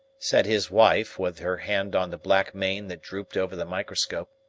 said his wife, with her hand on the black mane that drooped over the microscope.